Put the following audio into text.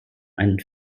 ein